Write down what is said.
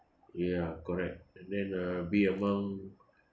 ya correct and then uh be among